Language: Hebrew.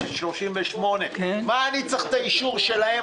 את 38. אני לא מבין למה אני צריך את האישור שלהם.